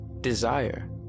desire